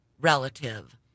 relative